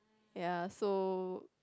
ya so